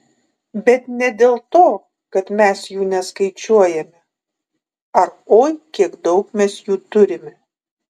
bet ne dėl to kad mes jų neskaičiuojame ar oi kiek daug mes jų turime